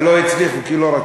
לא הצליחו, כי לא רצו.